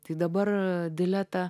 tai dabar dileta